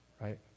right